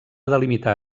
delimitar